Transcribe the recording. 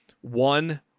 one